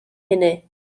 hynny